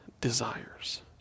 desires